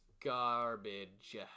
Garbage